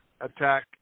attack